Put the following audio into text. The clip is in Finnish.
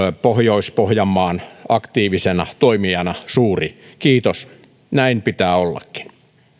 pohjois pohjanmaan aktiivisena toimijana suuri kiitos näin pitää ollakin